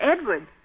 Edward